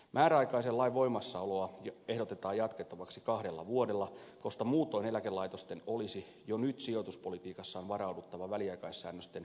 määräaikaisen lain voimassaoloa ehdotetaan jatkettavaksi kahdella vuodella koska muutoin eläkelaitosten olisi jo nyt sijoituspolitiikassaan varauduttava väliaikaissäännösten jälkeiseen aikaan